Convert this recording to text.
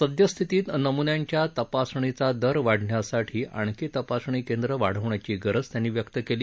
सद्यस्थितीत नम्न्यांच्या तपासणीचा दर वाढण्यासाठी आणखी तपासणी केंद्र वाढवण्याची गरज त्यांनी व्यक्त केली